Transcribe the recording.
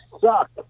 suck